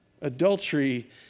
Adultery